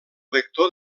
vector